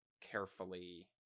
carefully